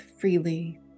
freely